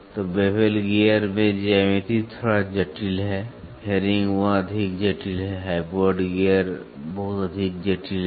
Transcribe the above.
तो bevel gear में ज्यामिति थोड़ा जटिल है हेरिंगबोन अधिक जटिल है हाइपोइड गियर बहुत अधिक जटिल है